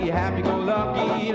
happy-go-lucky